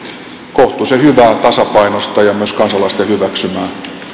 kohtuullisen hyvää tasapainoista ja ja myös kansalaisten hyväksymää